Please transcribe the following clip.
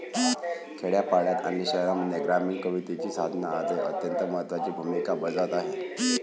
खेड्यापाड्यांत आणि शहरांमध्ये ग्रामीण कवितेची साधना आजही अत्यंत महत्त्वाची भूमिका बजावत आहे